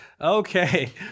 Okay